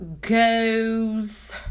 goes